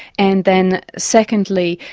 and then secondly,